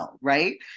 Right